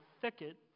thicket